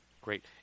Great